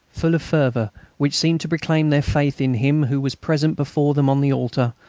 full of fervour which seemed to proclaim their faith in him who was present before them on the altar,